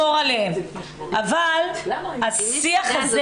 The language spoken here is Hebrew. השיח הזה